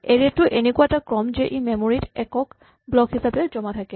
এৰে টো এনেকুৱা এটা ক্ৰম যে ই মেমৰী ত একক ব্লক হিচাপে জমা থাকে